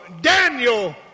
Daniel